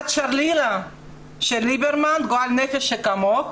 את שרלילה של ליברמן, גועל נפש שכמוך.